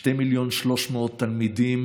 שני מיליון ו-300,000 תלמידים